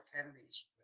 Kennedy's